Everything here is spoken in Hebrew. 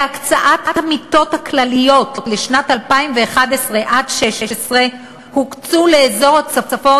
בהקצאת המיטות הכלליות לשנים 2011 2016 הוקצו לאזור הצפון